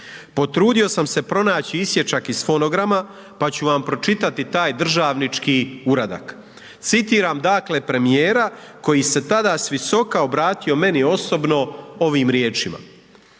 Potrudio sam se pronaći isječak iz fonograma pa ću vam pročitati taj državnički uradak. Citiram dakle premijera koji se tada s visoka obratio meni osobno ovim riječima: